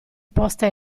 posta